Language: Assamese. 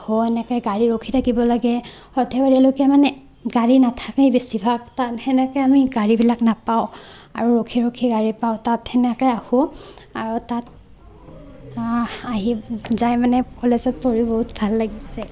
আহোঁ এনেকৈ গাড়ী ৰখি থাকিব লাগে সৰ্থেবাৰীলৈকে মানে গাড়ী নাথাকেই বেছিভাগ তাত সেনেকৈ আমি গাড়ীবিলাক নাপাওঁ আৰু ৰখি ৰখি গাড়ী পাওঁ তাত সেনেকৈ আহোঁ আৰু তাত আহি যায় মানে কলেজত পঢ়ি বহুত ভাল লাগিছে